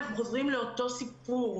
אנחנו חוזרים לאותו סיפור.